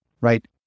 right